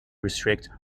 restrict